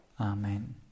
Amen